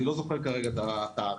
אני לא זוכר כרגע את התעריף.